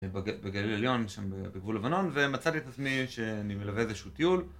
בגליל העליון שם בגבול לבנון ומצאתי את עצמי שאני מלווה איזשהו טיול